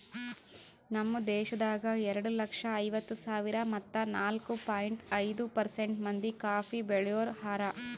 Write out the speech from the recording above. ನಮ್ ದೇಶದಾಗ್ ಎರಡು ಲಕ್ಷ ಐವತ್ತು ಸಾವಿರ ಮತ್ತ ನಾಲ್ಕು ಪಾಯಿಂಟ್ ಐದು ಪರ್ಸೆಂಟ್ ಮಂದಿ ಕಾಫಿ ಬೆಳಿಯೋರು ಹಾರ